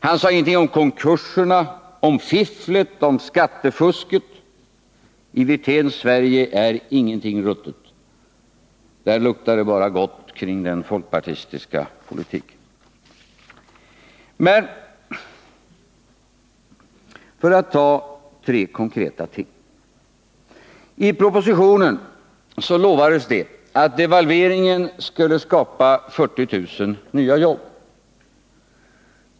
Han sade ingenting om konkurserna, om fifflet, om skattefusket. I Rolf Wirténs Sverige är ingenting ruttet. Där luktar det bara gott kring den folkpartistiska politiken. För att ta tre konkreta ting: För det första lovades det i propositionen att devalveringen skulle skapa 40 000 nya jobb.